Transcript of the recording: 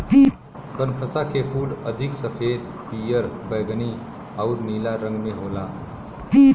बनफशा के फूल अधिक सफ़ेद, पियर, बैगनी आउर नीला रंग में होला